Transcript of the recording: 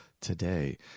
today